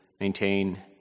maintain